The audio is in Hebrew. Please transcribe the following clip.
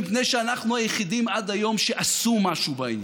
מפני שאנחנו היחידים עד היום שעשו משהו בעניין.